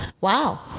Wow